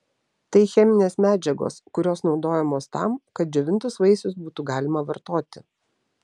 tai cheminės medžiagos kurios naudojamos tam kad džiovintus vaisius būtų galima vartoti